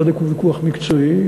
חלק הוא ויכוח מקצועי,